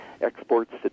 Exports